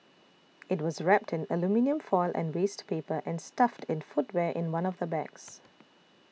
it was wrapped in aluminium foil and waste paper and stuffed in footwear in one of the bags